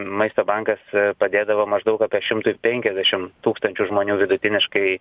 maisto bankas padėdavo maždaug apie šimtui penkiasdešim tūkstančių žmonių vidutiniškai